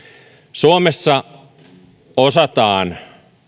suomessa osataan